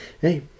hey